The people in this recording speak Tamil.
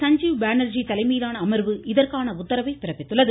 சஞ்சீவ் பானர்ஜி தலைமையிலான அமர்வு இதற்கான உத்தரவை பிறப்பித்தது